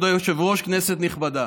כבוד היושב-ראש, כנסת נכבדה,